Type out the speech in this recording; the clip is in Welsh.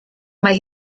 mae